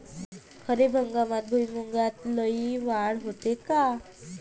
खरीप हंगामात भुईमूगात लई वाढ होते का?